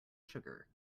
sugar